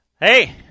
hey